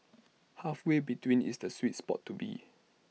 halfway between is the sweet spot to be